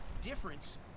difference